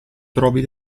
trovi